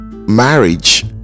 marriage